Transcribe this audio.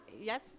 yes